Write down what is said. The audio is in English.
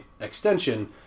extension